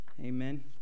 Amen